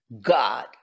God